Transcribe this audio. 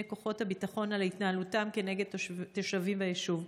כוחות הביטחון על התנהלותם מול תושבים ביישוב.